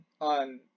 on